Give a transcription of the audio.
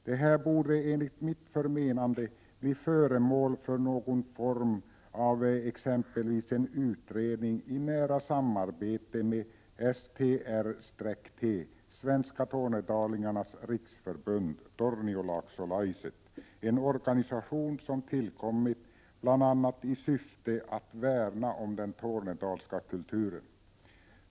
Detta borde, enligt mitt förmenande, bli föremål för någon form av utredning i nära samarbete med STR-T, Svenska Tornedalingars Riksförbund — Torniolaksolaiset —, en organisation som tillkommit bl.a. i syfte att värna om den tornedalska kulturen.